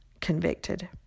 convicted